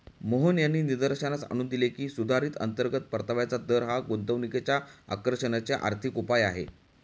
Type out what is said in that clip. मोहन यांनी निदर्शनास आणून दिले की, सुधारित अंतर्गत परताव्याचा दर हा गुंतवणुकीच्या आकर्षणाचे आर्थिक उपाय आहे